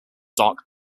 dark